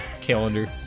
calendar